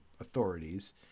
authorities